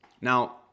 Now